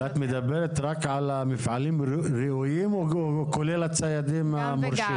ואת מדברת רק על מפעלים ראויים או כולל הציידים המורשים?